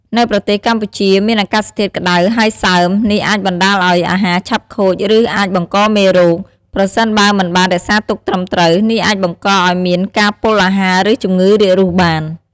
នៅប្រទេសកម្ពុជាមានអាកាសធាតុក្តៅហើយសើម នេះអាចបណ្តាលឱ្យអាហារឆាប់ខូច ឬ អាចបង្កមេរោគ ប្រសិនបើមិនបានរក្សាទុកត្រឹមត្រូវ នេះអាចបង្កឱ្យមានការពុលអាហារឬជំងឺរាករូសបាន។